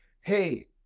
Hey